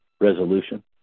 resolution